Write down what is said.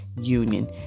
Union